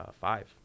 five